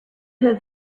have